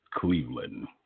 Cleveland